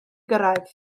gyrraedd